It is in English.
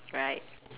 right